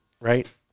Right